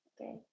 Okay